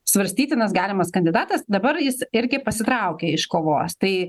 svarstytinas galimas kandidatas dabar jis irgi pasitraukė iš kovos tai